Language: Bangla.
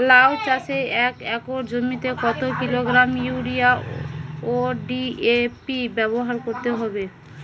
লাউ চাষে এক একর জমিতে কত কিলোগ্রাম ইউরিয়া ও ডি.এ.পি ব্যবহার করতে হবে?